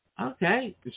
Okay